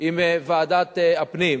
עם ועדת הפנים.